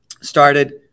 started